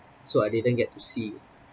so I didn't get to see